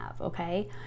okay